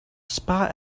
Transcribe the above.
spot